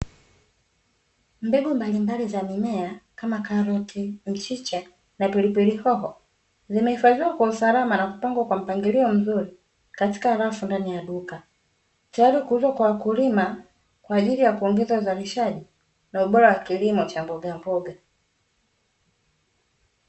Mbegu mbalimbali za mimea kama karoti, mchicha na pilipili hoho zimehifadhiwa kwa usalama na kupangwa kwa mpangilio mzuri katika rafu ndani ya duka, tayari kwa kuuza kwa wakulima kwa ajili ya kuongeza uzalishaji na ubora wa kilimo cha mbogamboga.